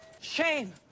shame